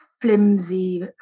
Flimsy